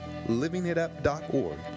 LivingItUp.org